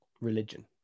religion